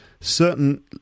certain